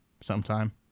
sometime